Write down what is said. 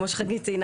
כמו שחגית ציינה,